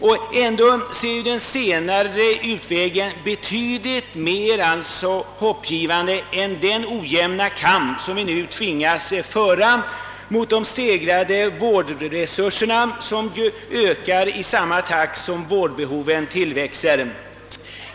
Och ändå är denna senare utväg betydligt mer hoppingivande än den ojämna kamp som vi nu tvingas föra för att stegra vårdresurserna i samma eller snabbare takt än vårdbehoven tillväxer.